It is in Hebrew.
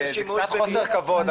זה קצת חוסר כבוד,